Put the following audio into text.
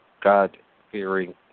God-fearing